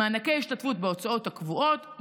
מענקי השתתפות בהוצאות הקבועות,